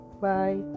Bye